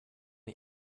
the